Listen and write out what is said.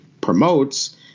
promotes